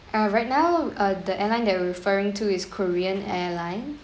uh right now uh the airline that we're referring to is korean airline